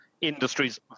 industries